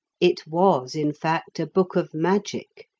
it was, in fact, a book of magic,